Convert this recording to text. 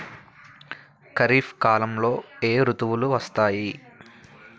ఖరిఫ్ కాలంలో ఏ ఋతువులు వస్తాయి?